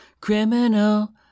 Criminal